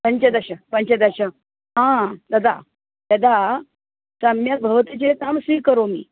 पञ्चदश पञ्चदश हा यदा यदा सम्यक् भवति चेत् अहं स्वीकरोमि